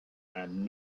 and